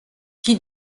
qui